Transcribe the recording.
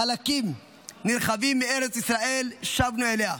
חלקים נרחבים מארץ ישראל, שבנו אליה,